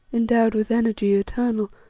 endowed with energy eternal,